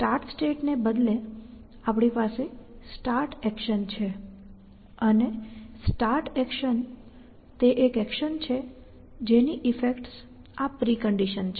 start સ્ટેટને બદલે આપણી પાસે સ્ટાર્ટ એક્શન છે અને સ્ટાર્ટ એક્શન તે એક એક્શન છે જેની ઈફેક્ટ્સ આ પ્રિકન્ડિશન છે